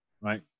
Right